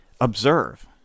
Observe